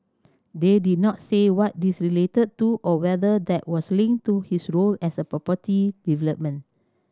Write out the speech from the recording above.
they did not say what these related to or whether that was linked to his role as a property development